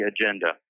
agenda